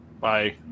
Bye